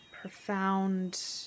profound